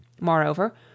Moreover